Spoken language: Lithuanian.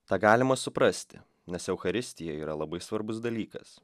tą galima suprasti nes eucharistija yra labai svarbus dalykas